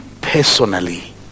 personally